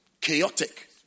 chaotic